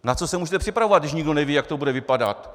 Na co se můžete připravovat, když nikdo neví, jak to bude vypadat?